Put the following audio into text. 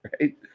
right